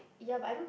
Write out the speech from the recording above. ya but I don't